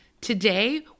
Today